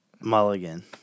Mulligan